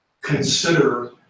consider